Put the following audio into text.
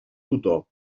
tutor